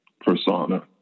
persona